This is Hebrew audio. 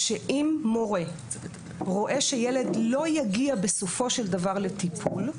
שאם מורה רואה שילד לא יגיע בסופו של דבר לטיפול,